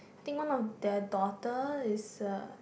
I think one of their daughter is a